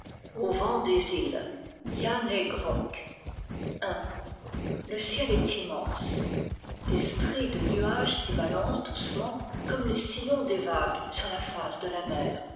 le ciel est immense des stries de nuages s'y balancent doucement comme les sillons des vagues sur la face de la mer